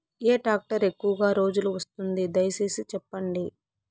ఏ tractor ఎక్కువగా రోజులు వస్తుంది, దయసేసి చెప్పండి?